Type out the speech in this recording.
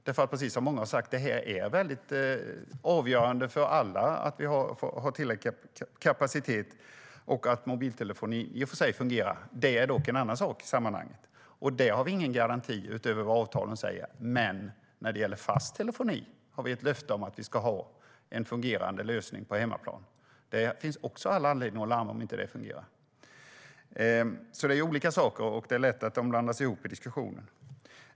Precis som många har sagt är det avgörande för alla att vi har tillräcklig kapacitet och att mobiltelefonin fungerar, även om det är en annan sak i sammanhanget. Där har vi ingen garanti utöver vad avtalen säger. När det gäller fast telefoni har vi dock ett löfte om en fungerande lösning på hemmaplan. Det finns all anledning att larma om det inte fungerar. Detta är olika saker, och det är lätt att de blandas ihop i diskussionen.